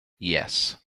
yes